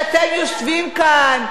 שאתם יושבים כאן,